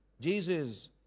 Jesus